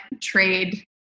trade